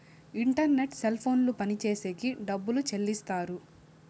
internet cell ఫోన్లు పనిచేసేకి డబ్బులు చెల్లిస్తారు